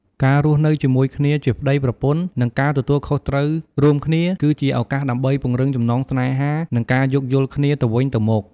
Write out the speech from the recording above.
ការរស់នៅជាមួយគ្នាជាប្ដីប្រពន្ធ និងការទទួលខុសត្រូវរួមគ្នា គឺជាឱកាសដើម្បី ពង្រឹងចំណងស្នេហា និង ការយោគយល់គ្នាទៅវិញទៅមក។